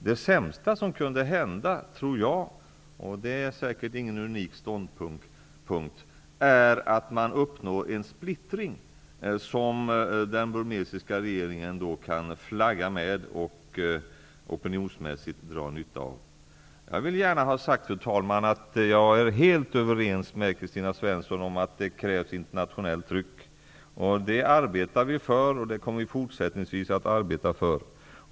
Det sämsta som kunde hända tror jag -- och det är säkert ingen unik ståndpunkt -- är att man uppnår en splittring som den burmesiska regeringen kan flagga med och opinionsmässigt dra nytta av. Jag vill gärna ha sagt, fru talman, att jag är helt överens med Kristina Svensson om att det krävs internationellt tryck. Det arbetar vi för och det kommer vi fortsättningsvis att arbeta för.